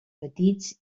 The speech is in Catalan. petits